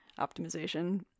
optimization